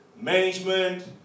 management